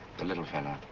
the little fellow.